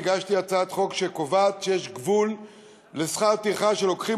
הגשתי הצעת חוק שקובעת שיש גבול לשכר טרחה שלוקחים